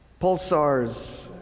pulsars